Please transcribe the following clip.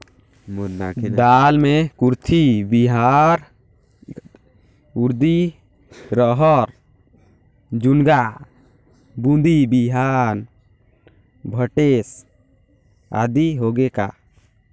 दाल मे कुरथी बिहान, उरीद, रहर, झुनगा, बोदी बिहान भटेस आदि होगे का?